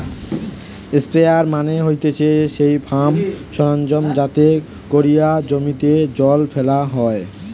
sprayer মানে হতিছে সেই ফার্ম সরঞ্জাম যাতে কোরিয়া জমিতে জল ফেলা হয়